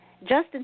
Justin